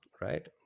right